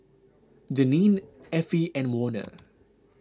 Daneen Effie and Warner